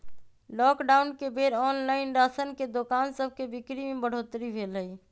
lockdown के बेर online राशन के दोकान सभके बिक्री में बढ़ोतरी भेल हइ